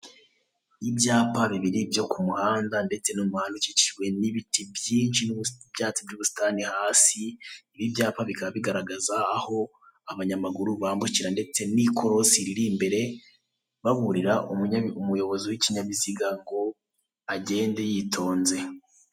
Ibyapa bibiri byo ku muhanda ndetse n'umuhanda ukikijwe n'ibiti byinshi n'ibyatsi by'ubusitani hasi. Ibi byapa bikaba bigaragaza aho abanyamagura bambukira, ndetse n'ikorosi riri imbere baburira umuyobizi w'ikinyabiziga ngo agende yitonze.